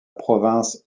province